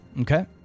Okay